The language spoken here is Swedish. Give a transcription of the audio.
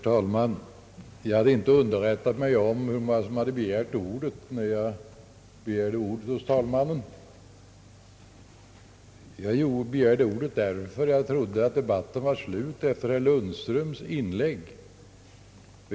Herr talman! Då jag begärde ordet hos talmannen hade jag inte gjort mig underrättad om hur många talare som var anmälda i detta ärende, utan jag trodde att debatten var slut efter herr Lundströms inlägg.